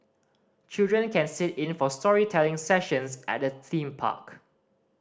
children can sit in for storytelling sessions at the theme park